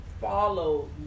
follow